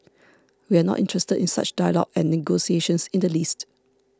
we are not interested in such dialogue and negotiations in the least